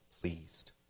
pleased